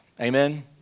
Amen